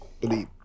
believe